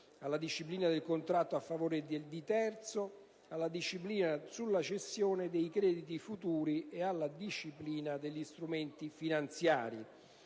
alla disciplina del contratto a favore di terzo, alla disciplina sulla cessione dei crediti futuri ed alla disciplina degli strumenti finanziari.